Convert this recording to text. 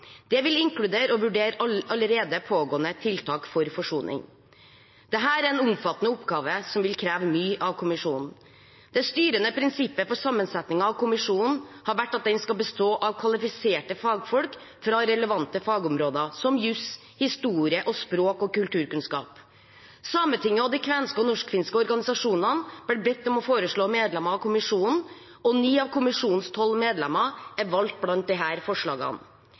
Det vil inkludere å vurdere allerede pågående tiltak for forsoning. Dette er en omfattende oppgave som vil kreve mye av kommisjonen. Det styrende prinsippet for sammensetningen av kommisjonen har vært at den skal bestå av kvalifiserte fagfolk fra relevante fagområder, som jus, historie, språk og kulturkunnskap. Sametinget og de kvenske og norskfinske organisasjonene ble bedt om å foreslå medlemmer til kommisjonen, og ni av kommisjonens tolv medlemmer er valgt blant disse forslagene.